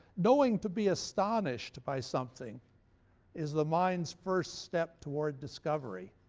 knowing to be astonished by something is the mind's first step toward discovery.